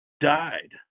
died